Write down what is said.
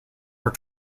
were